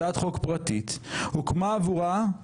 הצעת חוק פרטית, הוקמה עבורה, תראה,